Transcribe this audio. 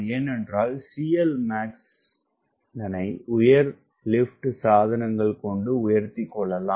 ஏனென்றால் CLmax தனை உயர் லிப்ட் சாதனங்கள் கொண்டு உயர்த்திக்கொள்ளலாம்